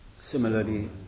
Similarly